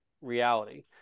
reality